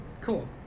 Cool